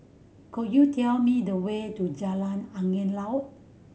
could you tell me the way to Jalan Angin Laut